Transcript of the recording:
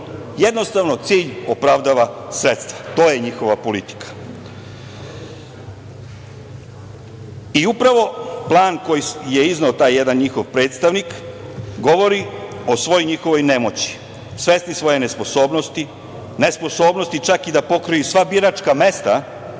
Jednostavno, cilj opravdava sredstva. To je njihova politika. Upravo plan koji je izneo taj jedan njihov predstavnik govori o svoj njihovoj nemoći, svesni svoje nesposobnosti, nesposobnosti čak i da pokriju sva biračka mesta,